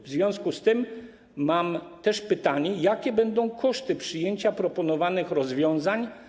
W związku z tym mam też pytanie, jakie będą koszty przyjęcia proponowanych rozwiązań.